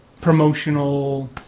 promotional